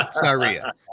Syria